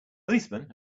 policemen